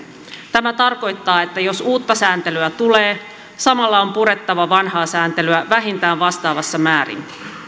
tämä tarkoittaa että jos uutta sääntelyä tulee samalla on purettava vanhaa sääntelyä vähintään vastaavassa määrin